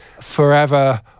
forever